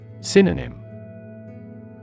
Synonym